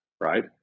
Right